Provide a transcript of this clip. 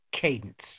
Cadence